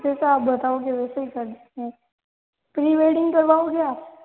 जैसा आप बताओगे वैसा ही कर देंगे प्री वेडिंग करवाओगे आप